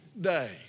day